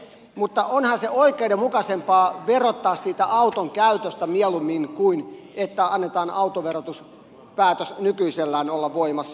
mutta onhan oikeudenmukaisempaa verottaa siitä auton käytöstä mieluimmin kuin että annetaan autoverotuspäätöksen nykyisellään olla voimassa